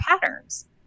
patterns